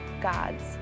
God's